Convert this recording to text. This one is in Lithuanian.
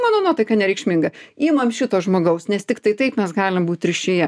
mano nuotaika nereikšminga imam šito žmogaus nes tiktai taip mes galim būt ryšyje